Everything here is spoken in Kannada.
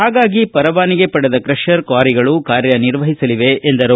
ಹಾಗಾಗಿ ಪರವಾನಗಿ ಪಡೆದ ಕ್ರಷರ್ ಕ್ವಾರಿಗಳು ಕಾರ್ಯನಿರ್ವಹಿಸಲಿವೆ ಎಂದರು